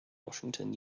washington